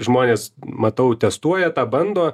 žmones matau testuoja tą bando